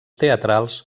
teatrals